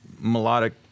melodic